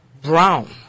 Brown